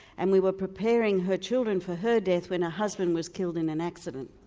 and we were preparing her children for her death when her husband was killed in an accident.